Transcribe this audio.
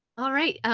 alright,